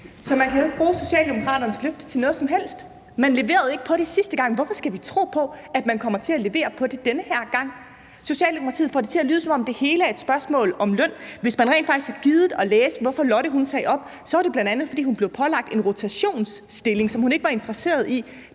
kan man jo ikke bruge Socialdemokratiets løfte til noget som helst. Man leverede ikke på det sidste gang, så hvorfor skal vi tro på, at man kommer til at levere på det den her gang? Socialdemokratiet får det til at lyde, som om det hele er et spørgsmål om løn, men hvis man rent faktisk har gidet læse, hvorfor Lotte sagde op, så var det bl.a., fordi hun blev pålagt en rotationsstilling, som hun ikke var interesseret i.